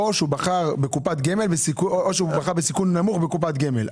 או בחר בסיכון נמוך בקופת גמל.